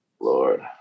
Lord